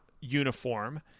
uniform